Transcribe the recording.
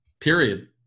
period